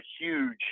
huge